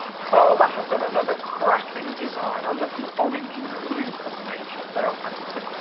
carla has done another cracking design, i love the orange and the blue combination, they are fantastic.